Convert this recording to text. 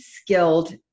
skilled